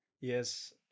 Yes